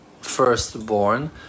firstborn